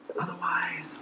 Otherwise